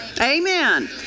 Amen